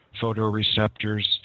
photoreceptors